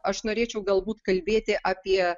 aš norėčiau galbūt kalbėti apie